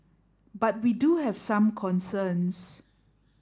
but we do have some concerns